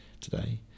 today